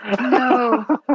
No